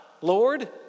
Lord